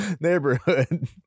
neighborhood